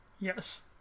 Yes